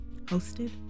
Hosted